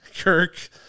Kirk